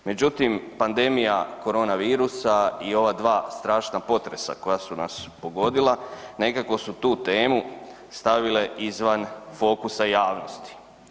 Međutim, pandemija koronavirusa i ova dva strašna potresa koja su nas pogodila, nekako su tu temu stavile izvan fokusa javnosti.